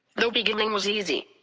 the beginning was easy.